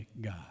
God